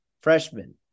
freshman